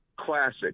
classic